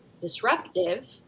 disruptive